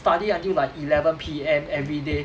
study until like eleven P_M everyday